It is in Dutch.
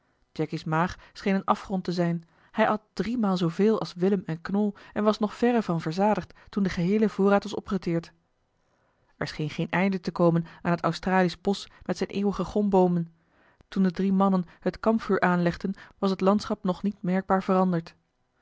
bereiden jacky's maag scheen een afgrond te zijn hij at driemaal zooveel als willem en knol en was nog verre van verzadigd toen de geheele voorraad was opgeteerd eli heimans willem roda er scheen geen einde te komen aan het australisch bosch met zijne eeuwige gomboomen toen de drie mannen het kampvuur aanlegden was het landschap nog niet merkbaar veranderd